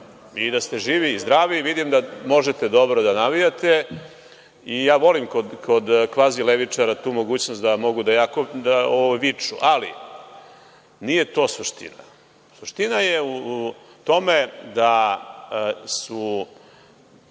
i da ste živi i zdravi, vidim da možete dobro da navijate i ja volim kod kvazi levičara tu mogućnost da mogu da jako viču. Nije to suština. Suština je u tome da su